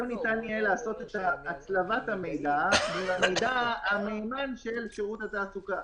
לא ניתן יהיה לעשות את הצלבת המידע מול המידע המהימן של המעסיק.